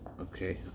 okay